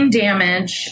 damage